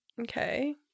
Okay